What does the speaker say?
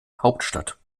hauptstadt